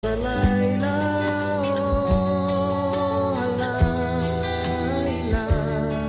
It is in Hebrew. הלילה, הו הלילה